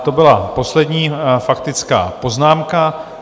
To byla poslední faktická poznámka.